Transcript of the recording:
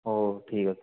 ହଉ ଠିକ୍ ଅଛି